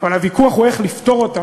אבל הוויכוח הוא איך לפתור אותן,